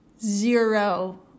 zero